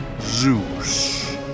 Zeus